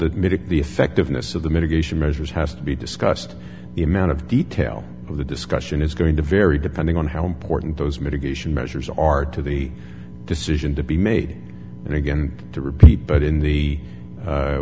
admitted the effectiveness of the mitigation measures has to be discussed the amount of detail of the discussion is going to vary depending on how important those mitigation measures are to the decision to be made and again to repeat but in the